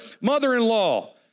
mother-in-law